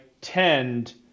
tend